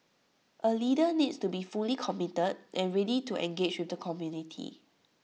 A leader needs to be fully committed and ready to engage with the community